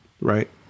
right